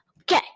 Okay